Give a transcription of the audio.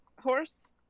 horse